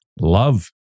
love